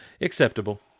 Acceptable